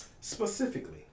specifically